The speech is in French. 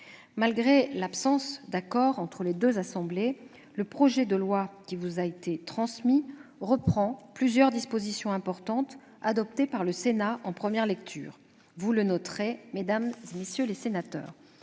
Malgré l'absence d'accord entre les deux assemblées, le projet de loi qui vous a été transmis reprend plusieurs dispositions importantes adoptées par le Sénat en première lecture. Je pense en particulier à la